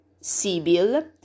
Sibyl